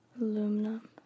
aluminum